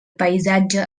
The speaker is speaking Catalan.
paisatge